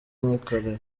nkikorera